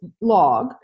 log